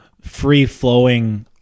free-flowing